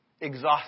exhausted